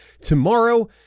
tomorrow